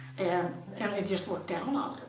and and they just looked down on it.